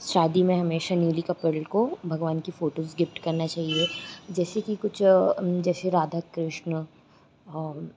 शादी में हमेशा न्यूली कपल को भगवान की फ़ोटोज़ गिफ़्ट करना चाहिए जैसे कि कुछ जैसे राधा कृष्ण और